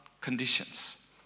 conditions